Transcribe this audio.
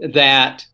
that